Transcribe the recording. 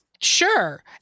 Sure